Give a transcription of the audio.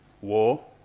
war